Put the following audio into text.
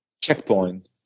checkpoint